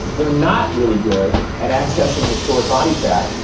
they're not really good at accessing their stored body fat.